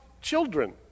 children